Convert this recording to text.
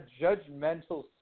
judgmental